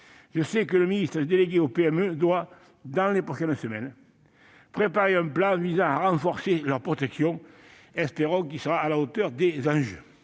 Je sais que le ministre délégué aux PME doit, dans les prochaines semaines, préparer un plan visant à renforcer leur protection. Espérons qu'il sera à la hauteur des enjeux.